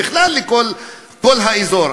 בכלל בכל האזור,